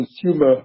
consumer